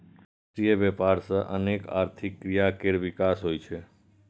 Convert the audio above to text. अंतरराष्ट्रीय व्यापार सं अनेक आर्थिक क्रिया केर विकास होइ छै